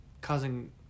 causing